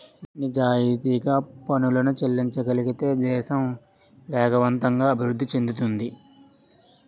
నిజాయితీగా పనులను చెల్లించగలిగితే దేశం వేగవంతంగా అభివృద్ధి చెందుతుంది